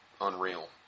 unreal